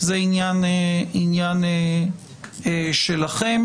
זה עניין שלכם.